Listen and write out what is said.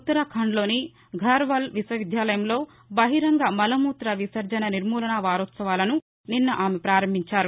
ఉత్తరాఖండ్లోని ఘర్వాల్ విశ్వవిద్యాలయంలో బహిరంగ మలమూత్ర విసర్ణన నిర్మూలన వారోత్సవాలను నిన్న ఆమె పారంభించారు